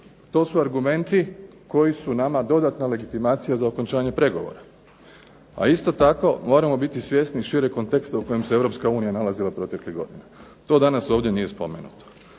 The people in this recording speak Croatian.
To su argumenti koji su nama dodatna legitimacija za okončanje pregovora, a isto tako moramo biti svjesni šireg konteksta u kojem se Europska unija nalazila proteklih godina. To danas ovdje nije spomenuto.